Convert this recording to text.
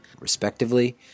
respectively